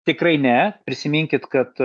tikrai ne prisiminkit kad